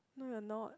no you're not